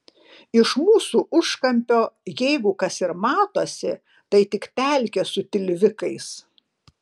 iš mūsų užkampio jeigu kas ir matosi tai tik pelkė su tilvikais